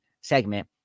segment